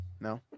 No